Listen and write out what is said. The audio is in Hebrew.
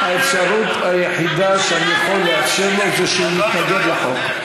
האפשרות היחידה שאני יכול לאפשר לו זה שהוא יתנגד לחוק.